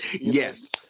yes